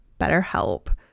BetterHelp